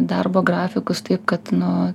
darbo grafikus taip kad nu